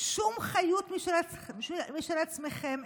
שום חיות משל עצמכם,